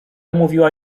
mówiła